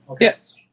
Yes